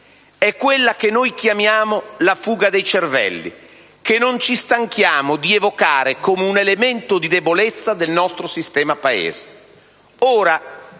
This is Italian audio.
È quella che noi chiamiamo la fuga dei cervelli, che non ci stanchiamo di evocare come un elemento di debolezza del nostro sistema Paese.